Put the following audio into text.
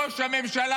ראש הממשלה,